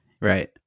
right